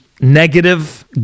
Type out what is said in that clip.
negative